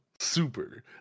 super